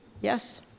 Yes